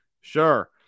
sure